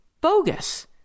bogus